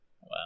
Wow